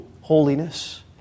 holiness